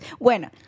Bueno